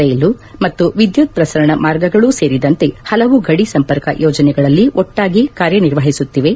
ರೈಲು ಮತ್ತು ವಿದ್ಯುತ್ ಪ್ರಸರಣ ಮಾರ್ಗಗಳೂ ಸೇರಿದಂತೆ ಪಲವು ಗಡಿ ಸಂಪರ್ಕ ಯೋಜನೆಗಳಲ್ಲಿ ಒಟ್ಲಾಗಿ ಕಾರ್ಯ ನಿರ್ವಹಿಸುತ್ತಿವೆ